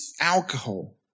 alcohol